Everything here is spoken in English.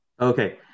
Okay